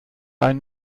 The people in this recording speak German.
einen